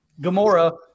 Gamora